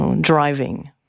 driving